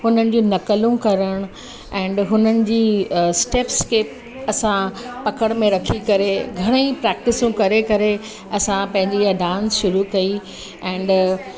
हुननि जी नकलूं करणु ऐंड हुननि जी स्टैप्स खे असां अकड़ में रखी करे घणेई प्रैक्टिसूं करे करे असां पंहिंजी डांस शुरू कई ऐंड